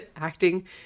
acting